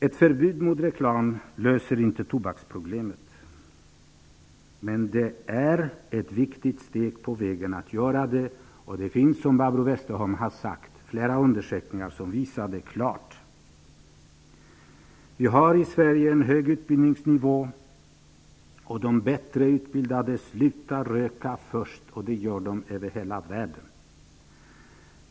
Ett förbud mot reklam löser inte tobaksproblemet. Men det är ett viktigt steg på vägen för att göra det. Det finns, som Barbro Westerholm har sagt, flera undersökningar som klart visar detta. Vi har i Sverige en hög utbildningsnivå. De bättre utbildade slutar att röka först, och det gör de över hela världen.